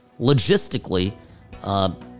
logistically –